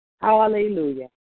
Hallelujah